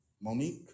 Monique